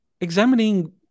examining